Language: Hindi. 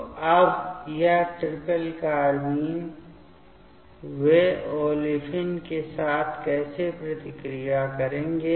तो अब यह ट्रिपल कार्बाइन वे ओलेफिन के साथ कैसे प्रतिक्रिया करेंगे